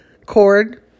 cord